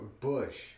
Bush